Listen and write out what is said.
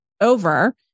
over